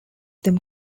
them